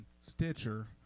Stitcher